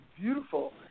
beautiful